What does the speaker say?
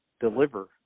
deliver